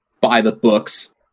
by-the-books